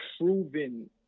proven